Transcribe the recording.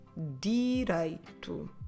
direito